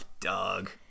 Doug